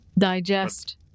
digest